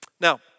Now